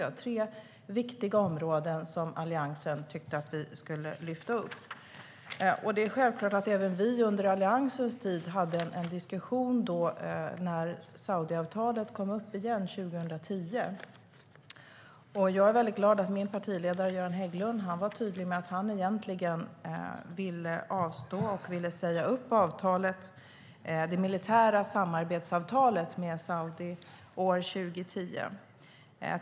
Det var tre viktiga områden som Alliansen tyckte att vi skulle lyfta fram. Det är självklart att vi i Alliansen hade en diskussion när Saudiavtalet "kom upp" igen 2010. Jag är väldigt glad över att min partiledare Göran Hägglund var tydlig med att han egentligen ville säga upp det militära samarbetsavtalet med Saudiarabien år 2010.